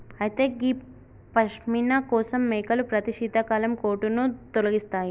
అయితే గీ పష్మిన కోసం మేకలు ప్రతి శీతాకాలం కోటును తొలగిస్తాయి